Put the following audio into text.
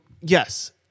yes